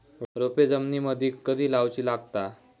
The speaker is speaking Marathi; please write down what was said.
रोपे जमिनीमदि कधी लाऊची लागता?